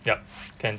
yup can